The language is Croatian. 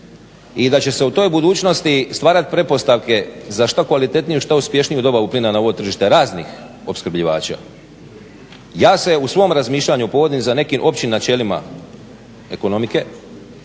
i da će se u toj budućnosti stvarat pretpostavke za što kvalitetniju i što uspješniju dobavu plina na ovo tržište raznih opskrbljivača. Ja se u svom razmišljanju povodim za nekim općim načelima ekonomike,